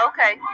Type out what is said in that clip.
Okay